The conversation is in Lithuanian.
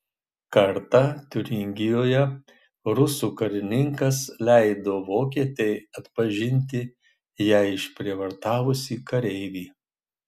kartą tiuringijoje rusų karininkas leido vokietei atpažinti ją išprievartavusį kareivį